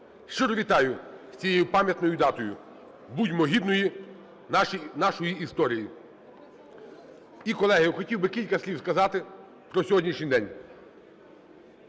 Щиро вітаю з цією пам'ятною датою! Будьмо гідними нашої історії! І, колеги, я хотів би кілька слів сказати про сьогоднішній день.